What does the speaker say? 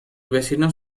vecinos